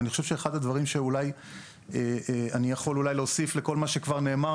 אני חושב שאחד הדברים שאני יכול אולי להוסיף לכל מה שנאמר,